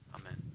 Amen